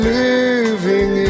living